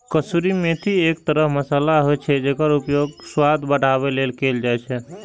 कसूरी मेथी एक तरह मसाला होइ छै, जेकर उपयोग स्वाद बढ़ाबै लेल कैल जाइ छै